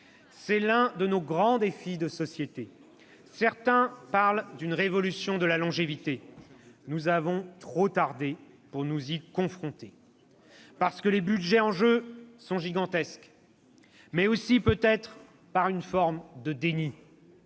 C'est l'un de nos grands défis de société. Certains parlent d'une révolution de la longévité ... Nous avons trop tardé pour nous y confronter, parce que les budgets en jeu sont gigantesques, mais aussi peut-être par une forme de déni.